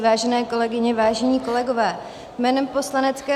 Vážené kolegyně, vážení kolegové, jménem poslaneckého